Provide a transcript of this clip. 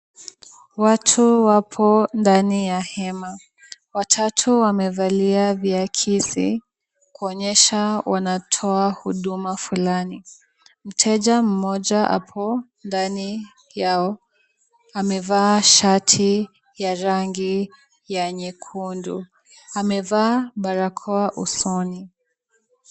Watu wapo ndani ya hema. Watatu wamevalia viakisi kuonyesha wanatoa huduma fulani. Mteja mmoja apo ndani yao, amevaa shati ya rangi ya nyekundu. Amevaa barakoa usoni.